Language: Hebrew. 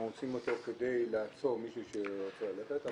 אנחנו רוצים אותו כדי לעצור מי שרוצה ללכת,